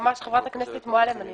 חברת הכנסת מועלם, אני